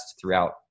throughout